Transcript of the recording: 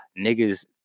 niggas